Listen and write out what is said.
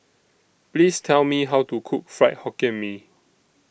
Please Tell Me How to Cook Fried Hokkien Mee